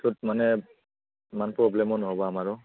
সেইটোত মানে ইমান প্ৰব্লেমো নহ'ব আমাৰো